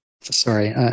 sorry